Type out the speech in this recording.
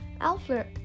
Alfred